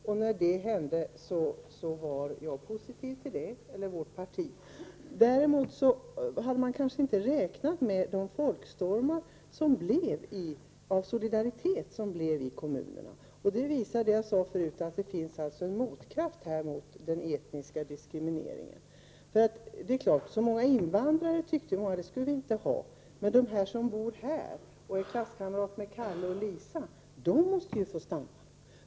När det skedde var vårt parti positivt till detta. Däremot hade vi kanske inte räknat med de folkstormar som skedde av solidaritet i kommunerna. Det visar det som jag talade om tidigare, nämligen att det finns en motkraft mot den etniska diskrimineringen. Många människor tyckte att Sverige inte skulle ha så många invandrare, men de sade: De som bor här och är klasskamrater med Kalle och Lisa, de måste ju få stanna.